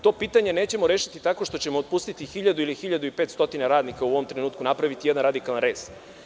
To pitanje nećemo rešiti tako što ćemo otpustiti 1.000 ili 1.500 radnika u ovom trenutku napraviti jedan radikalan rez.